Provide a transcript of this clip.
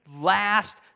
last